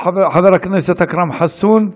חבר הכנסת אכרם חסון,